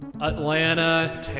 Atlanta